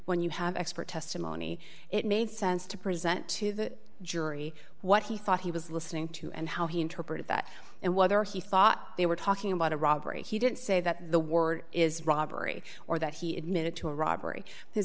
when you have expert testimony it made sense to present to the jury what he thought he was listening to and how he interpreted that and whether he thought they were talking about a robbery he didn't say that the word is robbery or that he admitted to a robbery his